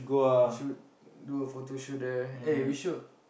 we should do a photo shoot there eh we should